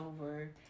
over